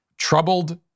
troubled